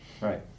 Right